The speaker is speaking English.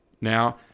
Now